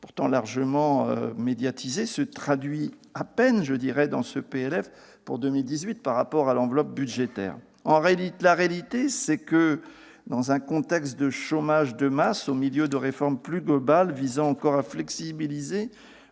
pourtant largement médiatisé, se traduit à peine dans ce projet de loi de finances pour 2018 par rapport à l'enveloppe budgétaire. La réalité, c'est que dans un contexte de chômage de masse, au milieu de réformes plus globales visant à flexibiliser